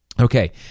Okay